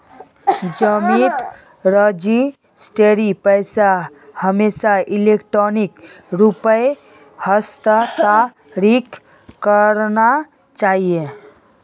जमीन रजिस्ट्रीर पैसा हमेशा इलेक्ट्रॉनिक रूपत हस्तांतरित करना चाहिए